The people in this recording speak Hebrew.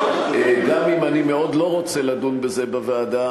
גם אם אני מאוד לא רוצה לדון בזה בוועדה,